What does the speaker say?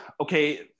okay